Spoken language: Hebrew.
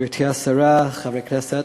גברתי השרה, חברי הכנסת,